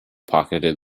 pocketed